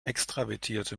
extravertierte